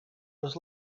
was